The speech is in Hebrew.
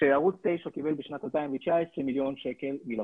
שערוץ 9 קיבל בשנת 2019 מיליון שקל מלפ"מ.